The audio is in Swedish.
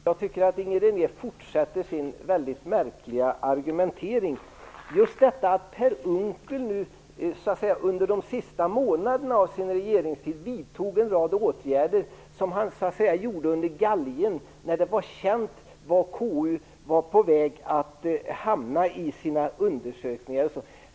Herr talman! Inger René fortsätter med sin väldigt märkliga argumentering. Per Unckel vidtog under de sista månaderna av sin tid i regeringen en rad åtgärder så att säga under galgen när det var känt var KU var på väg att hamna i sina undersökningar.